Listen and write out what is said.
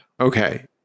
Okay